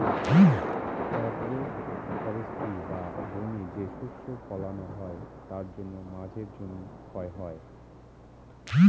agro forestry বা বনে যে শস্য ফলানো হয় তার জন্য মাঝের জমি ক্ষয় হয়